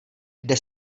kde